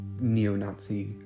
neo-Nazi